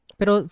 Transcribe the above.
Pero